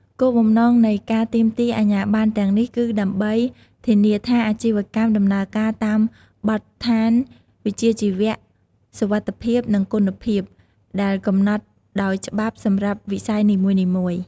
គោលបំណងនៃការទាមទារអាជ្ញាប័ណ្ណទាំងនេះ គឺដើម្បី ធានាថាអាជីវកម្មដំណើរការតាមបទដ្ឋានវិជ្ជាជីវៈ សុវត្ថិភាព និង គុណភាព ដែលកំណត់ដោយច្បាប់សម្រាប់វិស័យនីមួយៗ។